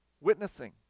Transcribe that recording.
witnessing